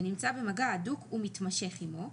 ונמצא במגע הדוק ומתמשך עמו,